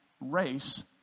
race